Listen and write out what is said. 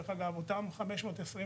אותם 529